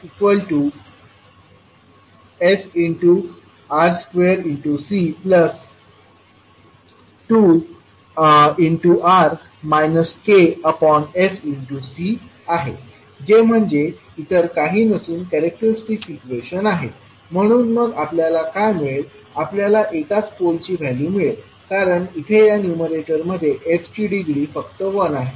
जे म्हणजे इतर काही नसून कॅरेक्टरिस्टिक इक्वेशन आहे म्हणून मग आपल्याला काय मिळेल आपल्याला एकाच पोलची व्हॅल्यू मिळेल कारण येथे या न्यूमरेटर मध्ये s ची डिग्री फक्त 1 आहे